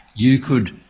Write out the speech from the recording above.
you could,